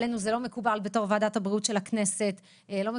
עלינו לא מקובל בתור ועדת הבריאות של הכנסת בכלל,